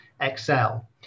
Excel